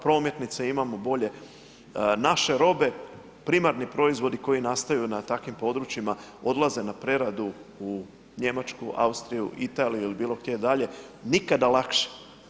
Prometnice imamo bolje, naše robe primarni proizvodi koji nastaju na takvim područjima odlaze na preradu u Njemačku, Austriju, Italiju ili bilo gdje dalje, nikada lakše.